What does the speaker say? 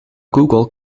google